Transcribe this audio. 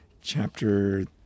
chapter